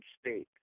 state